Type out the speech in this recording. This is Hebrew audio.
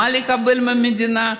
מה לקבל מהמדינה,